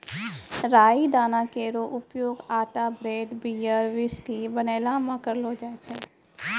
राई दाना केरो उपयोग आटा ब्रेड, बियर, व्हिस्की बनैला म करलो जाय छै